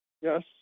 Yes